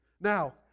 now